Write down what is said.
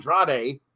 Andrade